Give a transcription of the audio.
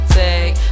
take